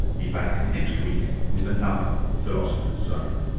be back next week with another philosopher's zone